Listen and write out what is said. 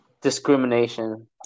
discrimination